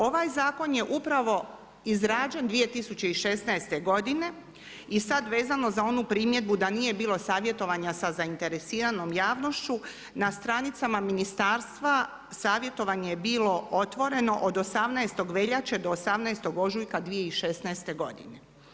Ovaj zakon je upravo izrađen 2016. godine i sad vezano za onu primjedbu da nije bilo savjetovanja sa zainteresiranom javnošću na stranicama ministarstva savjetovanje je bilo otvoreno od 18. veljače do 18. ožujka 2016. godine.